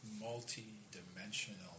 multi-dimensional